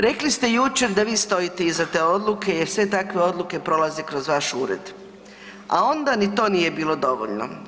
Rekli ste jučer da vi stojite iza te odluke jer sve takve odluke prolaze kroz vaš ured, a onda ni to nije bilo dovoljno.